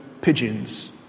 pigeons